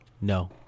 No